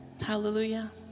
Hallelujah